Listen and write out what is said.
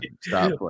Stop